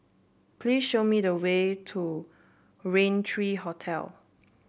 please show me the way to Rain three Hotel